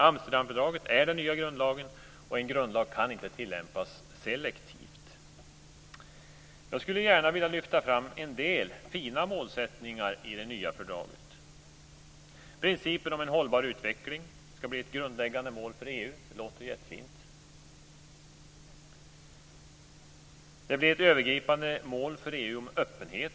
Amsterdamfördraget är den nya grundlagen, och en grundlag kan inte tillämpas selektivt. Jag skulle gärna vilja lyfta fram en del fina målsättningar i det nya fördraget. Principen om en hållbar utveckling skall bli ett grundläggande mål för EU. Det låter jättefint. Öppenhet blir ett övergripande mål för EU.